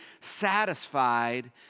satisfied